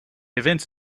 event